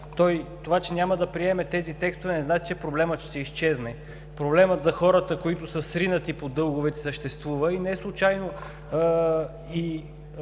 Това, че няма да приемем тези текстове, не значи, че проблемът ще изчезне. Проблемът за хората, които са сринати под дълговете, съществува. Неслучайно и